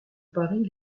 paris